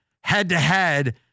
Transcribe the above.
head-to-head